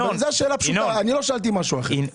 זו שאלה פשוטה, לא שאלתי משהו אחר.